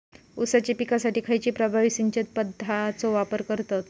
ऊसाच्या पिकासाठी खैयची प्रभावी सिंचन पद्धताचो वापर करतत?